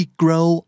grow